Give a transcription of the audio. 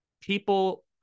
people